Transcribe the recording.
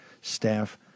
staff